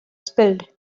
spilled